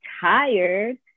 tired